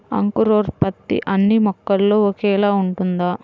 అంకురోత్పత్తి అన్నీ మొక్కల్లో ఒకేలా ఉంటుందా?